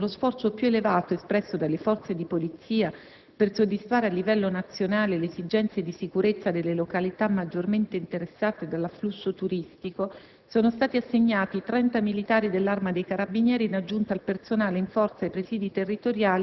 mentre, con riferimento alla programmazione di quelle disponibili per il corrente anno, l'esigenza della Provincia verrà attentamente valutata compatibilmente con le priorità delle altre realtà territoriali. Inoltre, per effetto dei piani per i rinforzi estivi per il 2006,